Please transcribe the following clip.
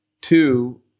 Two